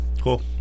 cool